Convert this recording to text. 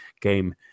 game